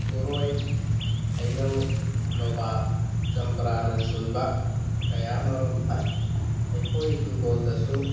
ꯕꯣꯔꯣꯏ ꯍꯩꯅꯧ ꯅꯣꯕꯥꯞ ꯆꯝꯄ꯭ꯔꯥꯅꯆꯤꯡꯕ ꯀꯌꯥꯃꯔꯨꯝ ꯊꯥꯏ ꯑꯩꯈꯣꯏ ꯍꯤꯡꯒꯣꯜꯗꯁꯨ